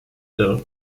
there